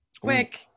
quick